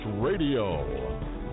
Radio